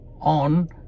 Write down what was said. on